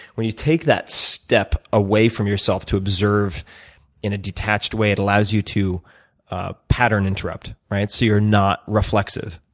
when you take that step away from yourself to observe in a detached way, it allows you to ah pattern interrupt so you're not reflexive.